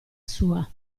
sua